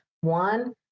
One